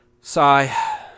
Sigh